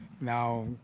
now